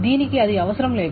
దీనికి అది అవసరం లేదు